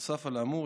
נוסף על האמור,